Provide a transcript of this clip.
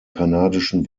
kanadischen